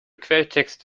quelltext